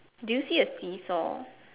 do you see a seesaw